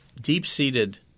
deep-seated